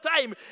time